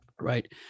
right